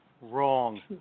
Wrong